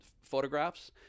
photographs